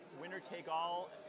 Winner-take-all